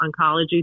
Oncology